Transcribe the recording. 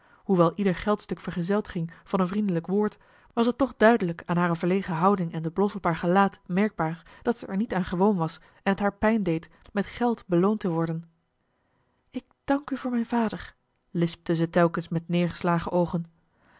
hoewel ieder geldstuk vergezeld ging van een vriendelijk woord was het toch duidelijk aan hare verlegen houding en den blos op haar gelaat merkbaar dat ze er niet aan gewoon was en het haar pijn deed met geld beloond te worden ik dank u voor mijn vader lispte ze telkens met neergeslagen oogen